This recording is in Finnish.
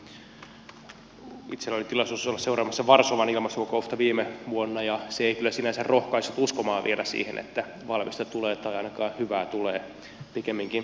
itselläni oli tilaisuus olla seuraamassa varsovan ilmastokokousta viime vuonna ja se ei kyllä sinänsä rohkaissut uskomaan vielä siihen että valmista tulee tai ainakaan hyvää tulee pikemminkin päinvastoin